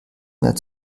mehr